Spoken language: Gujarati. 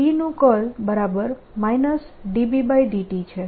E નું કર્લ E B∂t છે